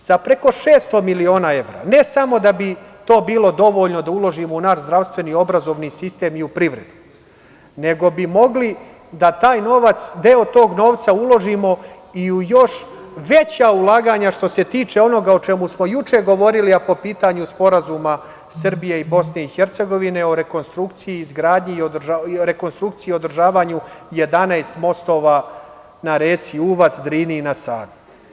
Sa preko 600 miliona evra, ne samo da bi to bilo dovoljno da uložimo u naš zdravstveni i obrazovni sistem i u privredu, nego bi mogli da taj novac, deo tog novca uložimo i u još veća ulaganja što se tiče onoga o čemu smo juče govorili, a po pitanju Sporazuma Srbije i BiH o rekonstrukciji i održavanju 11 mostova na reci Uvac, na Drini i na Savi.